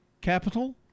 Capital